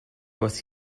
was